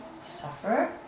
suffer